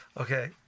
Okay